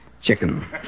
chicken